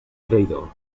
traïdor